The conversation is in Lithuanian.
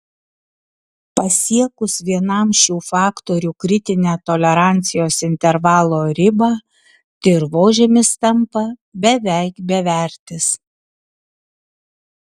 pasiekus vienam šių faktorių kritinę tolerancijos intervalo ribą dirvožemis tampa beveik bevertis